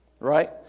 right